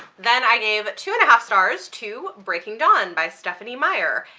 then i gave two and a half stars to breaking dawn by stephanie meyer,